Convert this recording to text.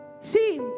See